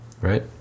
right